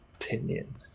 opinion